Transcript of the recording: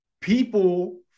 people